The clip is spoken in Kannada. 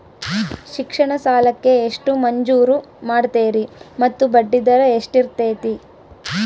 ಶಿಕ್ಷಣ ಸಾಲಕ್ಕೆ ಎಷ್ಟು ಮಂಜೂರು ಮಾಡ್ತೇರಿ ಮತ್ತು ಬಡ್ಡಿದರ ಎಷ್ಟಿರ್ತೈತೆ?